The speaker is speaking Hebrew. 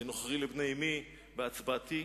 ונוכרי לבני אמי, בהצבעתי.